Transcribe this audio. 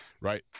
right